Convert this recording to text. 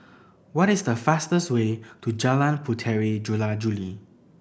what is the fastest way to Jalan Puteri Jula Juli